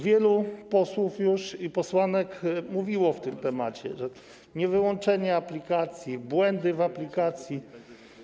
Wielu posłów i wiele posłanek mówiło w tym temacie o niewyłączeniu aplikacji, błędach w aplikacji.